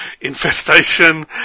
infestation